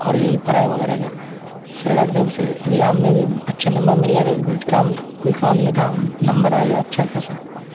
اور یہی پرھائی وغیرہ کا سرکار کی طرف سے اگزام میں بھی اچھا نمبر مل جاتا تھا کچھ کام کوئی کام نہ دھام نمبر آیا اچھا خاصا